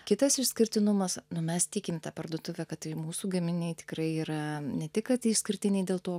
kitas išskirtinumas nu mes tikim ta parduotuve kad tai mūsų gaminiai tikrai yra ne tik kad išskirtiniai dėl to